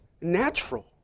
natural